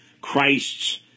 Christ's